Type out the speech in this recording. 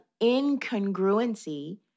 incongruency